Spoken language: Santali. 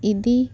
ᱤᱫᱤ